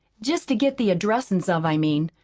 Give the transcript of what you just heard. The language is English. jest to get the addressin's of, i mean.